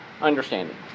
understanding